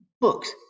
books